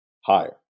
higher